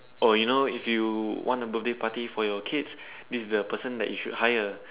oh you know if you want a birthday party for your kids this is the person that you should hire